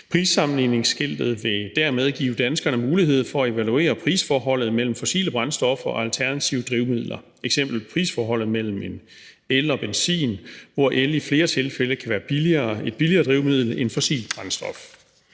Prissammenligningsskiltet vil dermed give danskerne mulighed for at evaluere prisforholdet mellem fossile brændstoffer og alternative drivmidler, eksempelvis prisforholdet mellem en elbil og en benzinbil, hvor el i flere tilfælde kan være et billigere drivmiddel end fossilt brændstof.